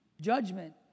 Judgment